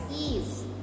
ease